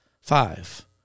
five